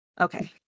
Okay